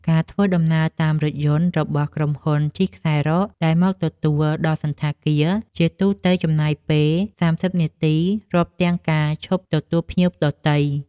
ការធ្វើដំណើរតាមរថយន្តរបស់ក្រុមហ៊ុនជិះខ្សែរ៉កដែលមកទទួលដល់សណ្ឋាគារ ជាទូទៅចំណាយពេល ៣០ នាទី រាប់ទាំងការឈប់ទទួលភ្ញៀវដទៃ។